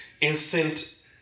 instant